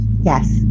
Yes